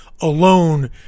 alone